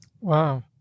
Wow